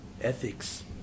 ethics